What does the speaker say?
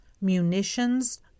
Munitions